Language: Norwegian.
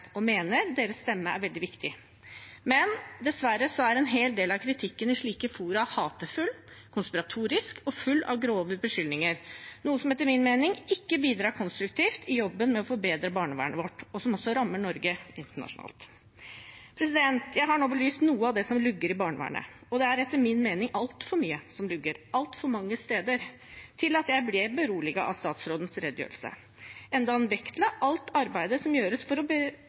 og mener deres stemme er veldig viktig, men dessverre er en hel del av kritikken i slike fora hatefull, konspiratorisk og full av grove beskyldninger, noe som etter min mening ikke bidrar konstruktivt i jobben med å forbedre barnevernet vårt, og som også rammer Norge internasjonalt. Jeg har nå belyst noe av det som lugger i barnevernet, og det er etter min mening altfor mye som lugger altfor mange steder til at jeg ble beroliget av statsrådens redegjørelse, enda han vektla alt arbeidet som gjøres for å